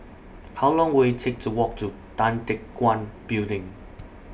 How Long Will IT Take to Walk to Tan Teck Guan Building